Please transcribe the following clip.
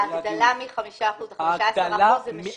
ההגדלה מ-5 אחוזים ל-15 אחוזים,